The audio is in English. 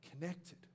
Connected